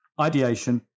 ideation